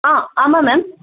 ஆ ஆமாம் மேம்